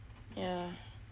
yah